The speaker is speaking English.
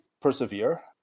persevere